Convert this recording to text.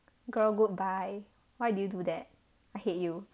girl goodbye why did you do that I hate you